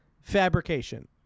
fabrication